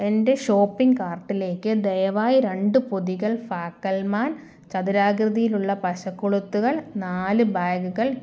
എന്റെ ഷോപ്പിംഗ് കാർട്ടിലേക്ക് ദയവായി രണ്ട് പൊതികൾ ഫാക്കൽമാൻ ചതുരാകൃതിയിലുള്ള പശ കൊളുത്തുകൾ നാല് ബാഗുകൾ